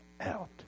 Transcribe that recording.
out